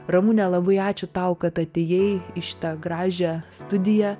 ramune labai ačiū tau kad atėjai į šitą gražią studiją